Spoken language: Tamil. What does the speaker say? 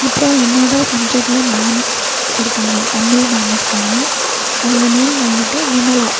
அப்பறம் என்னோடய சப்ஜெட்டில் மேம் இருக்காங்க தமிழ் மேம் இருக்காங்க அவங்க நேம் வந்துட்டு விமலா